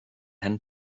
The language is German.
herrn